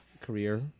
career